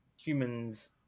humans